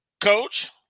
Coach